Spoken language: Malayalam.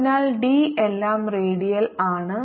അതിനാൽ ഡി എല്ലാം റേഡിയൽ ആണ്